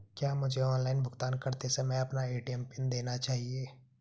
क्या मुझे ऑनलाइन भुगतान करते समय अपना ए.टी.एम पिन देना चाहिए?